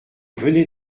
venez